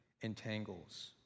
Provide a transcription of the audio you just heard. entangles